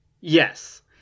Yes